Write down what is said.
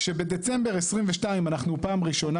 כשבדצמבר 2022 אנחנו פעם ראשונה,